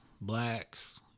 blacks